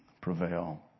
prevail